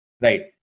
right